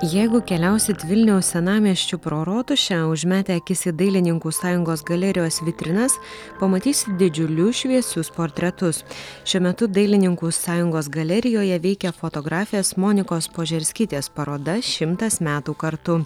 jeigu keliausit vilniaus senamiesčiu pro rotušę užmetę akis į dailininkų sąjungos galerijos vitrinas pamatysit didžiulius šviesius portretus šiuo metu dailininkų sąjungos galerijoje veikia fotografės monikos požerskytės paroda šimtas metų kartu